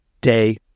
day